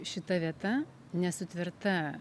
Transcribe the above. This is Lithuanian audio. šita vieta nesutverta